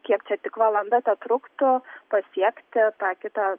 kiek čia tik valanda tetruktų pasiekti tą kitą